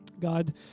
God